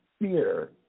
fear